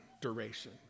duration